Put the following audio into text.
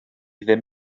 ddim